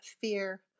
fear